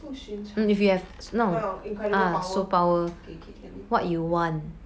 不寻常 oh incredible power okay K K let me think